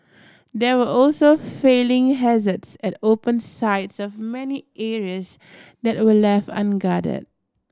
there were also falling hazards at open sides of many areas that were left unguarded